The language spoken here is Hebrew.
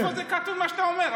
איפה זה כתוב, מה שאתה אומר?